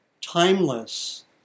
timeless